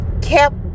kept